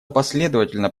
последовательно